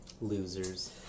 Losers